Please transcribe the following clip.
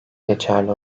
geçerli